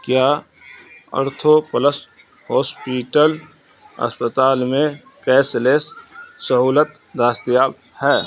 کیا Ortho Plus Hospital ہسپتال میں کیش لیس سہولت دستیاب ہے